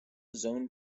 zone